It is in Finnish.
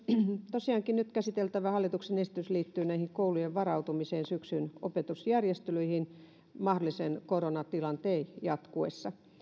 tosiaankin nyt käsiteltävä hallituksen esitys liittyy koulujen varautumiseen syksyn opetusjärjestelyihin koronatilanteen mahdollisesti jatkuessa